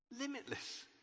limitless